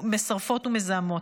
משרפות מזהמות.